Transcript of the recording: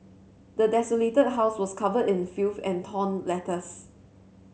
the desolated house was covered in filth and torn letters